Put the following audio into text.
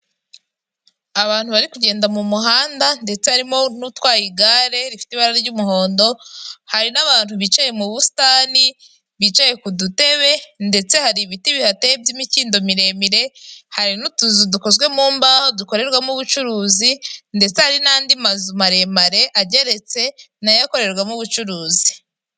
Abantu bari kugenda mu muhanda, ndetse harimo n'utwaye igare rifite ibara ry'umuhondo, hari n'abantu bicaye mu busitani bicaye ku dutebe, ndetse hari ibiti bihateye by'imikindo miremire, hari n'utuzu dukozwe mu mbaho dukorerwamo ubucuruzi, ndetse hari n'andi mazu maremare ageretse nayo akorerwamo ubucuruzi.